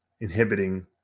inhibiting